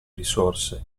risorse